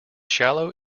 shallow